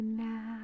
now